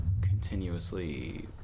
continuously